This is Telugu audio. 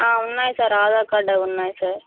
ఉన్నాయి సార్ ఆధార్ కార్డ్ అవి ఉన్నాయి సార్